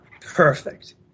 Perfect